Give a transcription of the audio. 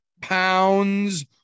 pounds